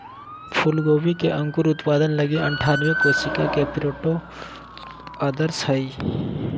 फूलगोभी के अंकुर उत्पादन लगी अनठानबे कोशिका के प्रोट्रे आदर्श हइ